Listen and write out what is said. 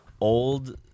old